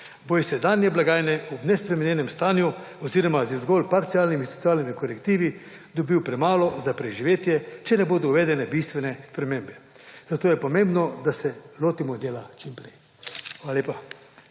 iz sedanje blagajne ob nespremenjenem stanju oziroma z zgolj parcialnimi socialnimi korektivi dobil premalo za preživetje, če ne bodo uvedene bistvene spremembe. Zato je pomembno, da se lotimo dela čim prej. Hvala lepa.